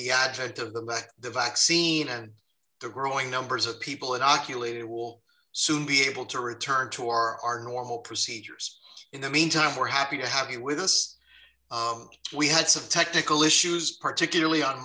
the advent of the back the vaccine and the growing numbers of people it ocular it will soon be able to return to our normal procedures in the meantime we're happy to have you with us we had some technical issues particularly on